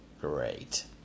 Great